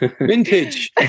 vintage